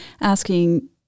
asking